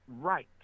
right